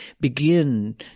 begin